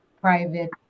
private